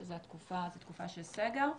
שזו תקופה של סגר,